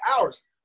hours